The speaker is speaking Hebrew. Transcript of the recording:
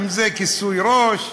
אם כיסוי ראש,